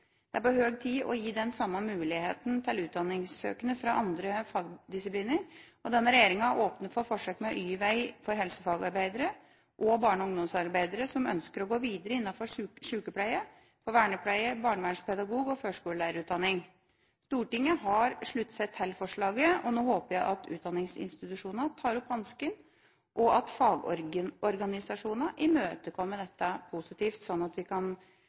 Det er på høy tid å gi den samme muligheten til utdanningssøkende fra andre fagdisipliner. Denne regjeringa har åpnet for forsøk med Y-vei for helsefagarbeidere og barne- og ungdomsarbeidere som ønsker å gå videre innenfor sykepleie, vernepleie, barnevernspedagogikk og førskolelærerutdanning. Stortinget har sluttet seg til forslaget, og nå håper jeg at utdanningsinstitusjonene tar opp hansken, og at fagorganisasjonene imøtekommer det, slik at vi raskt kan